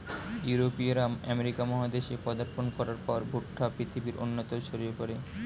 ইউরোপীয়রা আমেরিকা মহাদেশে পদার্পণ করার পর ভুট্টা পৃথিবীর অন্যত্র ছড়িয়ে পড়ে